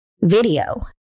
video